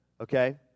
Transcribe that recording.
okay